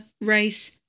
race